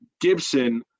Gibson